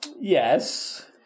Yes